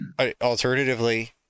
Alternatively